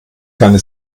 keine